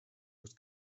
was